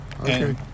Okay